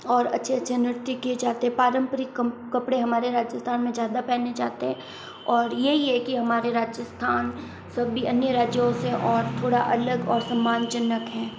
और अच्छे अच्छे नृत्य किए जाते हैं पारम्परिक कपड़े हमारे राजस्थान में ज़्यादा पहने जाते है और यही है कि हमारे राजस्थान सभी अन्य राज्यों से और थोड़ा अलग और सम्मानजनक है